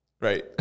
Right